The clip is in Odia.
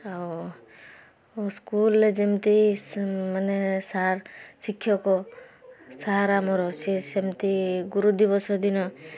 ଆଉ ସ୍କୁଲରେ ଯେମିତି ମାନେ ସାର୍ ଶିକ୍ଷକ ସାର୍ ଆମର ସିଏ ସେମିତି ଗୁରୁଦିବସ ଦିନ